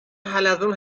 حلزون